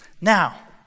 Now